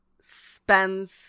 spends